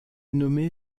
nommé